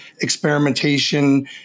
experimentation